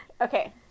Okay